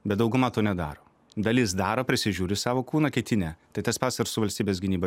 bet dauguma to nedaro dalis daro prisižiūri savo kūną kiti ne tai tas pats ir su valstybės gynyba